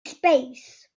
space